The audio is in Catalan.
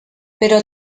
però